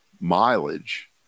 mileage